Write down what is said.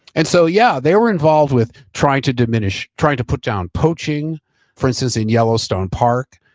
and so yeah, they were involved with trying to diminish, trying to put down poaching for instance in yellowstone park.